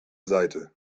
seite